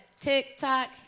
TikTok